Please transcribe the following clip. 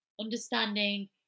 understanding